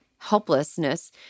helplessness